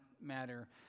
matter